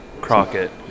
Crockett